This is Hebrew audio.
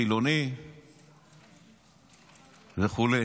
חילוני וכו'.